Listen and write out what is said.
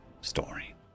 story